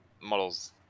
models